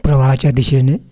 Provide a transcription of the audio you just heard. प्रवाहाच्या दिशेने